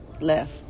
left